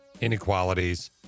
inequalities